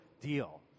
deal